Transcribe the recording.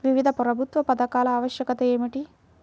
వివిధ ప్రభుత్వా పథకాల ఆవశ్యకత ఏమిటి?